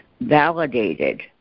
validated